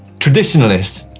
traditionalist,